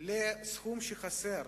לסכום שחסר,